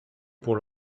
pour